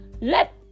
Let